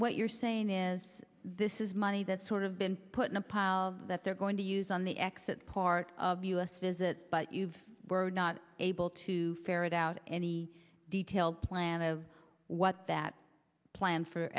what you're saying is this is money that's sort of been put in a pile that they're going to use on the exit part of u s visit but you've not able to ferret out any detailed plan of what that plan for